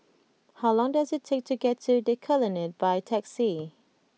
how long does it take to get to The Colonnade by taxi